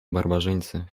barbarzyńcy